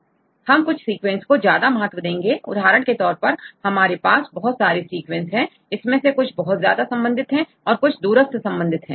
अब हम कुछ सीक्वेंस हो ज्यादा महत्व देंगे उदाहरण के तौर पर हमारे पास बहुत सारे सीक्वेंस है इसमें से कुछ बहुत ज्यादा संबंधित है और कुछ दूरस्थ संबंधित है